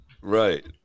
Right